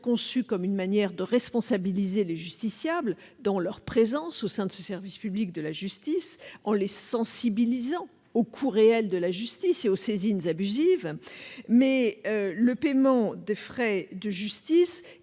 conçu comme une manière de responsabiliser les justiciables dans leur présence au sein du service public de la justice en les sensibilisant sur le coût réel de la justice et sur les saisines abusives. Toutefois, le paiement des frais de justice